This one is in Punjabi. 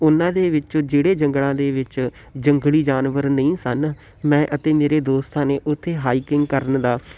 ਉਹਨਾਂ ਦੇ ਵਿੱਚੋਂ ਜਿਹੜੇ ਜੰਗਲਾਂ ਦੇ ਵਿੱਚ ਜੰਗਲੀ ਜਾਨਵਰ ਨਹੀਂ ਸਨ ਮੈਂ ਅਤੇ ਮੇਰੇ ਦੋਸਤਾਂ ਨੇ ਉੱਥੇ ਹਾਈਕਿੰਗ ਕਰਨ ਦਾ